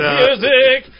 music